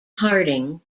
harding